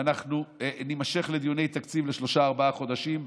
ואנחנו נימשך לדיוני תקציב לשלושה-ארבעה חודשים,